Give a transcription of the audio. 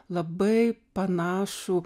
labai panašų